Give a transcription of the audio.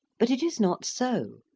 but it is not so.